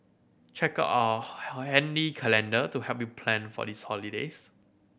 check out handy calendar to help you plan for these holidays